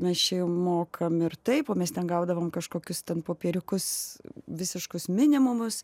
mes čia jum mokam ir taip mes ten gaudavom kažkokius ten popieriukus visiškus minimumas